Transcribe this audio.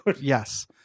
Yes